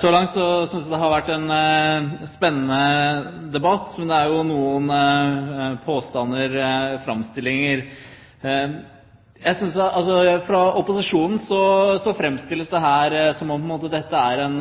Så langt synes jeg det har vært en spennende debatt, men det har jo kommet noen påstander eller framstillinger. Fra opposisjonen framstilles det som om dette på en måte er en